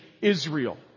Israel